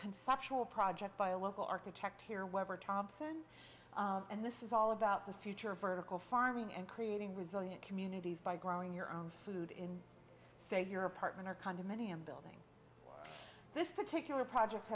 conceptual project by a local architect here weber thompson and this is all about the future of vertical farming and creating resilient communities by growing your own food in say your apartment or condominium building this particular project